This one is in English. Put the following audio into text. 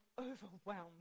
overwhelmed